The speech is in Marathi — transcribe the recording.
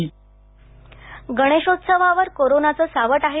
दगड़शेठ गणेशोत्सवावर कोरोनाच सावट आहे